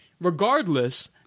regardless